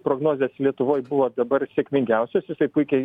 prognozės lietuvoj buvo dabar sėkmingiausios jisai puikiai